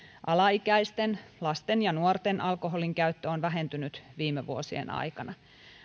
alaikäisten lasten ja nuorten alkoholinkäyttö on vähentynyt viime vuosien aikana